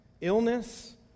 illness